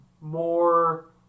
more